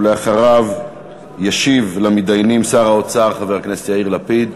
אחריו ישיב למתדיינים שר האוצר חבר הכנסת יאיר לפיד.